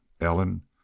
Ellen